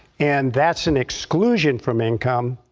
and that's an exclusion from income,